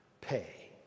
pay